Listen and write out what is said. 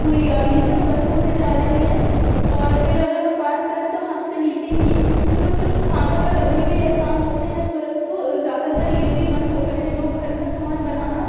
उडिया ये सब बंद होते जा रहीं हैं और फिर अगर हम बात करें तो हस्तलिपि की कुछ कुछ स्थानों पर अभी भी यह काम होते हैं परंतु ज़्यादातर ये भी बंद हो गए हैं लोग घर में सामान बनाना